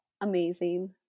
amazing